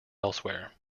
elsewhere